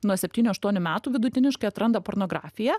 nuo septynių aštuonių metų vidutiniškai atranda pornografiją